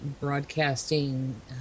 broadcasting